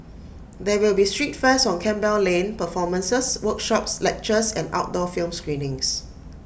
there will be street fairs on Campbell lane performances workshops lectures and outdoor film screenings